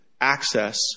access